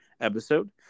episode